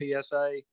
PSA